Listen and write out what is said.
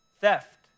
theft